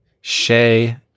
Shay